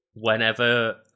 Whenever